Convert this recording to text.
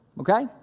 Okay